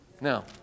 Now